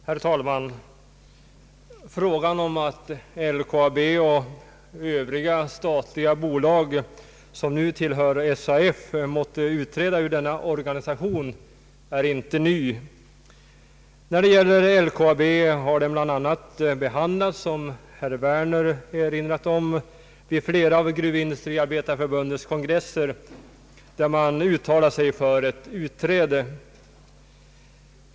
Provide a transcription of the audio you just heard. Herr talman! Frågan om att LKAB och övriga statliga bolag som nu tillhör SAF skall utträda ur denna organisation är inte ny. När det gäller LKAB har den bland annat behandlats, som herr Werner erinrat om, vid flera av Gruvindustriarbetareförbundets kongresser där man uttalat sig för ett utträde.